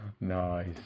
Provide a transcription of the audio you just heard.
nice